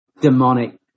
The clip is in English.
demonic